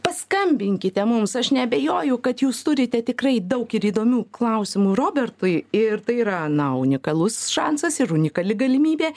paskambinkite mums aš neabejoju kad jūs turite tikrai daug ir įdomių klausimų robertui ir tai yra na unikalus šansas ir unikali galimybė